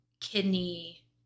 kidney